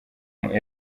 united